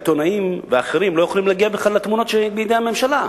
העיתונאים ואחרים לא יכולים להגיע בכלל לתמונות שבידי הממשלה,